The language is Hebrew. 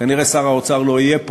כנראה שר האוצר לא יהיה פה,